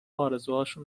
آرزوهایشان